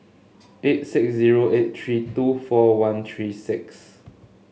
eight six zero eight three two four one three six